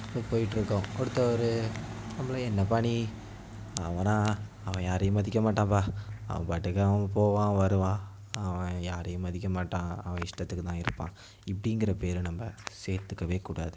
இப்போ போயிட்டுருக்கோம் ஒருத்தரு நம்மளை என்னப்பா நீ அவனா அவன் யாரையும் மதிக்க மாட்டான்பா அவன் பாட்டுக்கு அவன் போவான் வருவான் அவன் யாரையும் மதிக்க மாட்டான் அவன் இஷ்டத்துக்கு தான் இருப்பான் இப்படிங்கிற பேரை நம்ப சேர்த்துக்கவே கூடாது